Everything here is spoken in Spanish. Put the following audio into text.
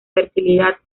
fertilidad